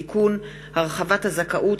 הצעת חוק לתיקון פקודת המשטרה (הרכב המחלקה לחקירות שוטרים),